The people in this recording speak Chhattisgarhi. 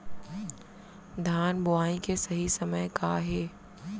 धान बोआई के सही समय का हे?